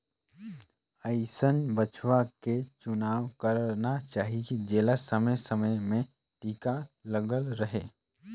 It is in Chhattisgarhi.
अइसन बछवा के चुनाव करना चाही जेला समे समे में टीका लगल रहें